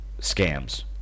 scams